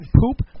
Poop